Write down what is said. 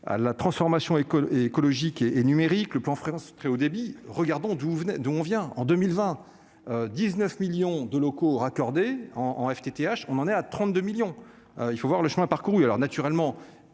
la transformation école écologique et et numérique, le plan France très haut débit, regardons, vous venez d'où on vient, en 2020 19 millions de locaux raccordés en FTTH, on en est à 32 millions il faut voir le chemin parcouru,